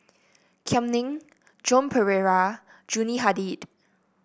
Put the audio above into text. Kam Ning Joan Pereira Yuni Hadi